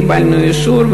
קיבלנו אישור,